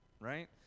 Right